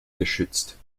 geschützt